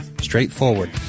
straightforward